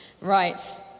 Right